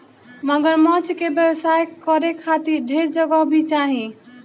मगरमच्छ के व्यवसाय करे खातिर ढेर जगह भी चाही